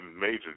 major